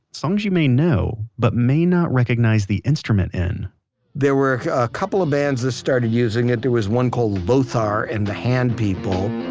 songs you know but may not recognize the instrument in there were a couple of bands that started using it. there was one called lothar and the hand people.